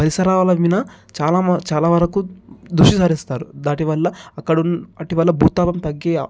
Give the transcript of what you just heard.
పరిసరాల మీన చాలా చాలా వరకు దృష్టి సారిస్తారు దాటి వల్ల అక్కడున్న అటి వల్ల భూతాపం తగ్గే